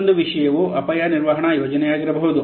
ಮತ್ತೊಂದು ವಿಷಯವು ಅಪಾಯ ನಿರ್ವಹಣಾ ಯೋಜನೆಯಾಗಿರಬಹುದು